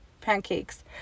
pancakes